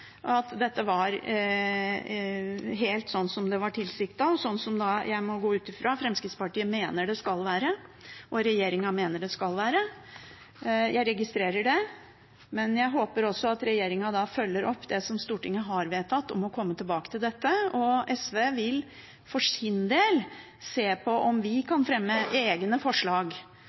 at dette var helt sånn som det var tilsiktet, og sånn som jeg må gå ut fra at Fremskrittspartiet og regjeringen mener det skal være. Jeg registrerer det, men jeg håper også at regjeringen følger opp det som Stortinget har vedtatt, om å komme tilbake til dette. SV vil for sin del se på om vi